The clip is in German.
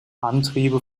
antriebe